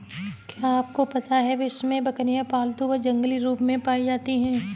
क्या आपको पता है विश्व में बकरियाँ पालतू व जंगली रूप में पाई जाती हैं?